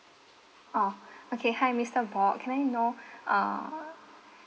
oh okay hi mister bok can I know uh